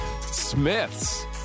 smith's